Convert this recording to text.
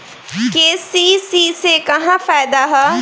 KCC से का फायदा ह?